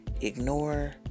ignore